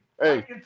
Hey